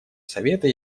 совета